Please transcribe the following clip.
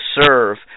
serve